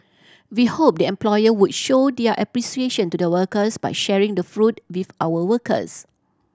we hope the employer would show their appreciation to the workers by sharing the fruit with our workers